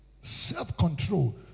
self-control